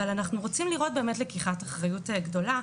אבל אנחנו רוצים לראות באמת לקיחת אחריות גדולה,